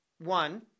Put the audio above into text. one